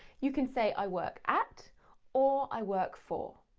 you can say, i work at or i work for.